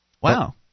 Wow